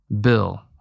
Bill